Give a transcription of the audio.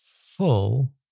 full